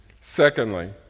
Secondly